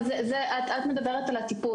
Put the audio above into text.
אבל את מדברת על הטיפול,